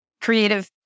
creative